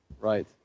Right